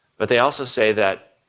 but they also say that,